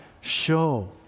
show